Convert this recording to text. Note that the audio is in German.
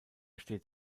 steht